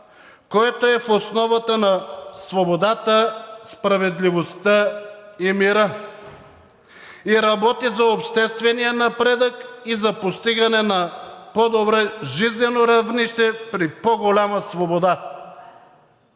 което е в основата на свободата, справедливостта и мира, и работи за обществения напредък и за постигане на по-добро жизнено равнище при по-голяма свобода.